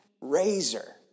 razor